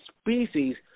species